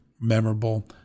memorable